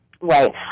Right